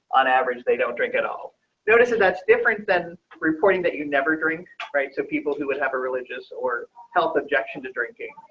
on average, they don't drink at all notices that's different than reporting that you never drink right so people who would have a religious or health objection to drinking